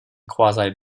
quasi